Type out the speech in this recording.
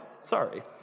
Sorry